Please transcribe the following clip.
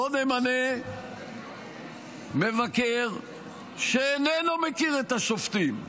בוא נמנה מבקר שאיננו מכיר את השופטים,